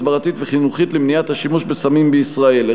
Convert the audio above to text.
הסברתית וחינוכית למניעת השימוש בסמים בישראל.